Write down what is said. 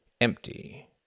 empty